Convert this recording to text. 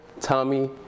Tommy